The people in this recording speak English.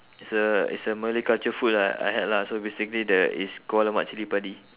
it's a it's a malay culture food lah I had lah so basically the it's called lemak cili padi